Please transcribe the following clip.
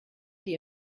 die